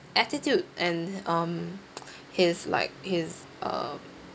attitude and um his like his um